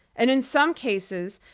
and in some cases,